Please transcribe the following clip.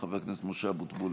חבר הכנסת משה אבוטבול,